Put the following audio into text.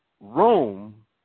Rome